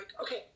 okay